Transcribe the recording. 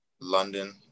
London